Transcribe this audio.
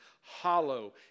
hollow